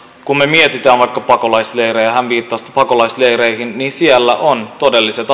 kun me mietimme vaikka pakolaisleirejä hän viittasi pakolaisleireihin niin siellä ovat todelliset